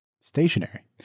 Stationary